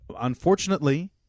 unfortunately